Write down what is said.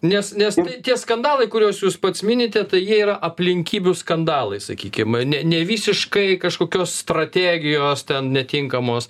nes nes tie skandalai kuriuos jūs pats minite tai jie yra aplinkybių skandalai sakykim ne nevisiškai kažkokios strategijos ten netinkamos